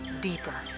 deeper